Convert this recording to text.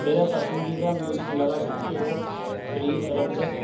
میرا پسندیدہ میوزک لگا سکتے ہو پلیز الیکزا